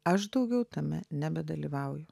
aš daugiau tame nebedalyvauju